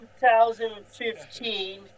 2015